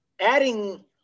Adding